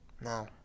No